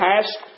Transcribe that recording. past